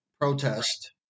protest